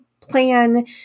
plan